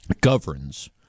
governs